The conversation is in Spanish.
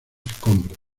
escombros